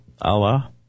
Allah